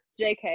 JK